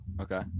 Okay